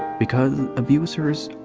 because abusers.